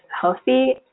healthy